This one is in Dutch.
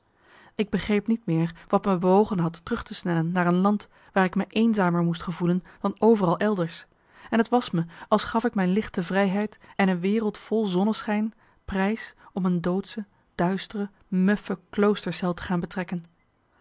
ik begreep niet meer wat me bewogen had terug te snellen naar een land waar ik me eenzamer moest gevoelen dan overal elders en t was me als gaf ik mijn lichte vrijheid en een wereld vol zonneschijn prijs om een doodsche duistere muffe kloostercel te gaan betrekken